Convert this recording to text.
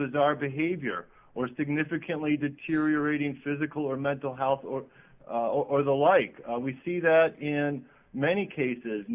bizarre behavior or significantly deteriorating physical or mental health or the like we see that in many cases